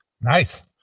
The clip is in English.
Nice